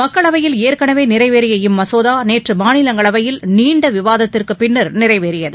மக்களவையில் ஏற்களவே நிறைவேறிய இம்மசோதா நேற்று மாநிலங்களவையில் நீண்ட விவாதத்திற்குப் பின்னர் நிறைவேறியது